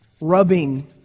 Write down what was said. Rubbing